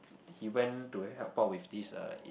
he went to help out with this eh it